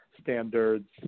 standards